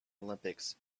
olympics